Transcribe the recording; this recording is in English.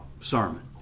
sermon